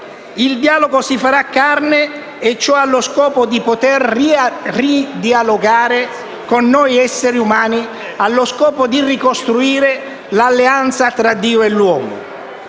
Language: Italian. il dialogo si farà carne e ciò allo scopo di potere ridialogare con noi esseri umani, allo scopo di ricostruire l'alleanza tra Dio e l'uomo,